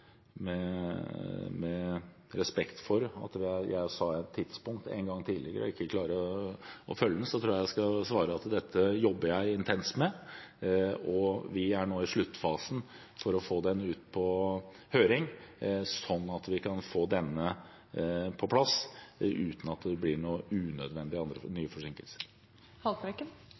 Med respekt for at jeg sa et tidspunkt en gang tidligere og ikke klarer å følge opp det, tror jeg at jeg skal svare at dette jobber jeg intenst med. Vi er nå i sluttfasen for å få den ut på høring, slik at vi kan få denne på plass uten at det blir noen unødvendige, nye